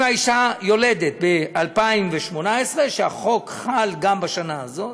אם האישה יולדת ב-2018, החוק חל גם בשנה הזאת,